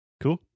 Cool